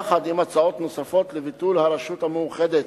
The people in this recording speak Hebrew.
יחד עם הצעות נוספות לביטול הרשות המאוחדת,